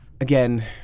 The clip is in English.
Again